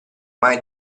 mai